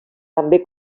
també